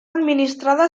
administrada